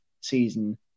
season